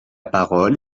parole